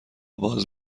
باز